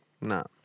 No